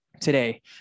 today